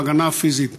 בהגנה הפיזית,